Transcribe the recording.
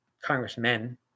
Congressmen